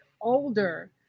older